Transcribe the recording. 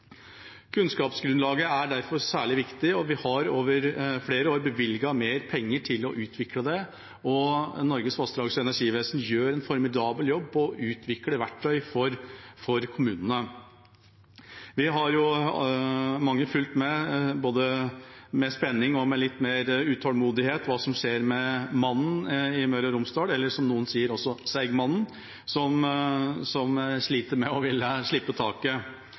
Kunnskapsgrunnlaget er derfor særlig viktig, og vi har over flere år bevilget mer penger til å utvikle det, og Norges vassdrags- og energidirektorat gjør en formidabel jobb for å utvikle verktøy for kommunene. Mange har fulgt med i både spenning og litt mer utålmodighet på hva som skjer med Mannen i Møre og Romsdal – eller som noen sier: Seigmannen – som sliter med å slippe taket,